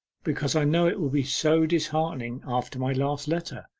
because i know it will be so disheartening after my last letter,